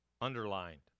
underlined